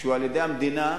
כשהוא על-ידי המדינה,